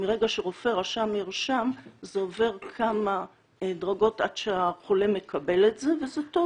מרגע שרופא רשם מרשם זה עובר כמה דרגות עד שהחולה מקבל את זה וזה טוב,